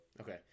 okay